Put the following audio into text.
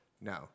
No